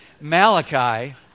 Malachi